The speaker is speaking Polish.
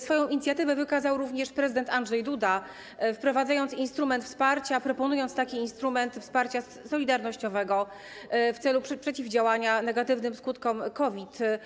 Swoją inicjatywę wykazał również prezydent Andrzej Duda, wprowadzając instrument wsparcia, proponując instrument wparcia solidarnościowego w celu przeciwdziałania negatywnym skutkom COVID.